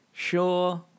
Sure